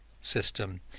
system